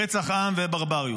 רצח עם וברבריות.